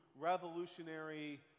revolutionary